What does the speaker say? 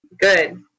good